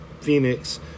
Phoenix